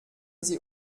sie